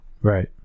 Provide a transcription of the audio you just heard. Right